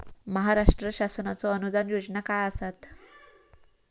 महाराष्ट्र शासनाचो अनुदान योजना काय आसत?